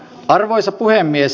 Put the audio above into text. arvoisa puhemies